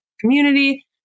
community